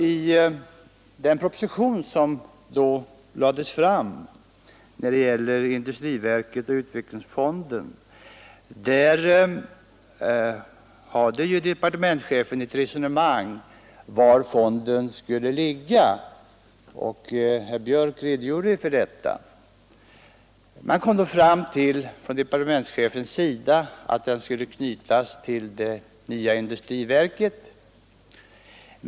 I propositionen förde departementschefen ett resonemang om var fonden skulle ligga, och herr Björck i Nässjö redogjorde nyss för detta. Departementschefen kom fram till att fonden borde knytas till det nya "industriverket.